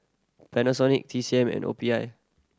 Panasonic T C M and O P I